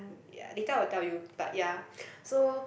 ya later I will tell you but ya so